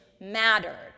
mattered